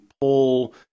pull